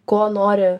ko nori